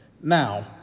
Now